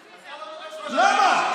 למה?